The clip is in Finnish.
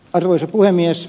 arvoisa puhemies